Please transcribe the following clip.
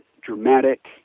dramatic